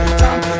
jump